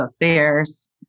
affairs